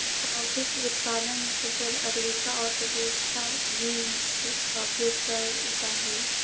coffee के उत्पादन में सबसे ज्यादा अरेबिका और रॉबस्टा बींस का उपयोग करल जा हई